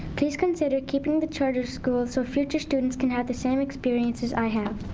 please consider keeping the charter school so future students can have the same experiences i had.